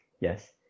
Yes